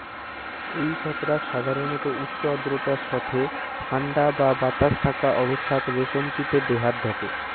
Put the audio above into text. এই ছত্রাক সাধারণত উচ্চ আর্দ্রতার সথে ঠান্ডা বা বাতাস থাকা অবস্থাত রেশম কীটে দেহাত ঢকে